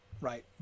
right